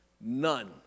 None